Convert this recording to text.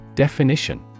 Definition